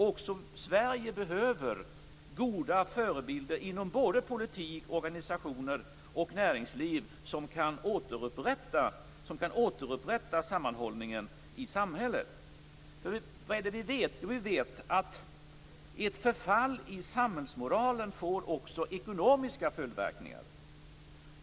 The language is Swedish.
Också Sverige behöver goda förebilder inom såväl politik som organisationer och näringsliv, som kan återupprätta sammanhållningen i samhället. Vad är det vi vet? Jo, vi vet att ett förfall i samhällsmoralen får ekonomiska följdverkningar.